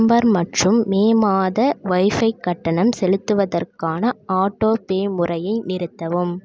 November மற்றும் May மாத wifi கட்டணம் செலுத்துவதற்கான ஆட்டோபே முறையை நிறுத்தவும்